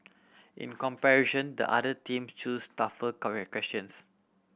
in comparison the other team chose tougher questions